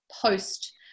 post